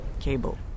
Cable